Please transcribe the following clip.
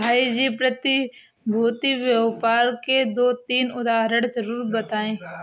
भाई जी प्रतिभूति व्यापार के दो तीन उदाहरण जरूर बताएं?